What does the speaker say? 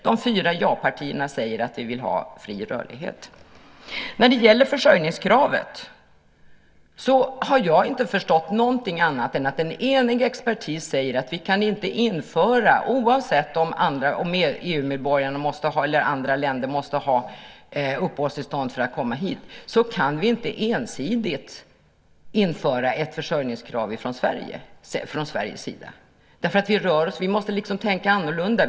De fyra ja-partierna säger att de vill ha fri rörlighet. När det gäller försörjningskravet har jag inte förstått någonting annat än att en enig expertis säger att vi inte - oavsett om EU-medborgarna eller andra länders medborgare måste ha uppehållstillstånd för att komma hit - ensidigt kan införa ett försörjningskrav från Sveriges sida. Vi måste tänka annorlunda.